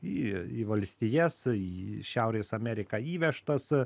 į į valstijas į šiaurės ameriką įvežtas